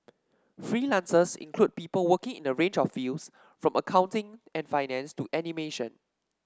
freelancers include people working in a range of fields from accounting and finance to animation